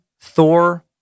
Thor